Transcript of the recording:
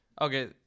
Okay